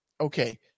Okay